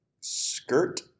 Skirt